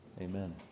Amen